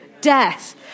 death